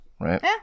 right